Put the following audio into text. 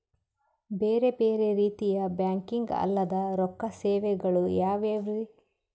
ಬೇರೆ ಬೇರೆ ರೀತಿಯ ಬ್ಯಾಂಕಿಂಗ್ ಅಲ್ಲದ ರೊಕ್ಕ ಸೇವೆಗಳು ಯಾವ್ಯಾವ್ರಿ?